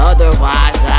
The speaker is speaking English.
Otherwise